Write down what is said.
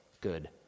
good